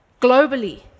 globally